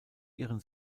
ihren